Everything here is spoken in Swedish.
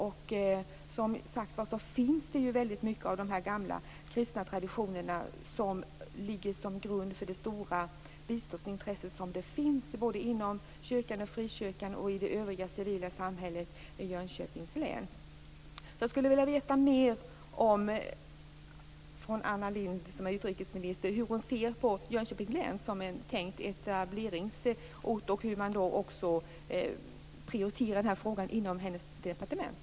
Och många av de gamla kristna traditionerna ligger, som sagt, till grund för det stora biståndsintresse som finns såväl inom kyrkan och frikyrkan som i det övriga civila samhället i Anna Lindh ser på Jönköpings län som tänkt etableringsort och hur man prioriterar den här frågan inom hennes departement.